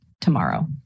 tomorrow